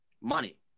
Money